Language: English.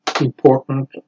important